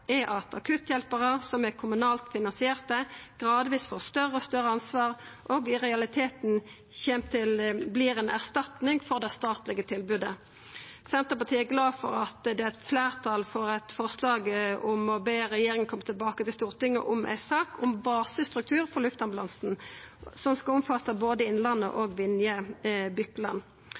akutthjelparar som er kommunalt finansierte, gradvis får større og større ansvar og i realiteten vert ei erstatning for det statlege tilbodet. Senterpartiet er glad for at det er fleirtal for eit forslag om å be regjeringa kome tilbake til Stortinget om ei sak om basestruktur for luftambulansen, som skal omfatta både Innlandet og